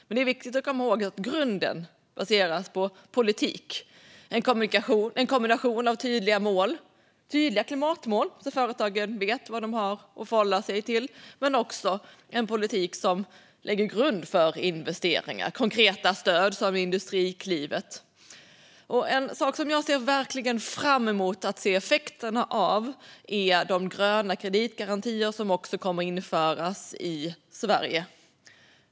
Men det är viktigt att komma ihåg att det i grunden baseras på kombinationen av en politik med tydliga klimatmål, så att företagen vet vad de har att förhålla sig till, och en politik som lägger en grund för investeringar med konkreta stöd som Industriklivet. En sak som jag verkligen ser fram emot att se effekterna av är de gröna kreditgarantierna, som kommer att införas i Sverige.